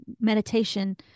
meditation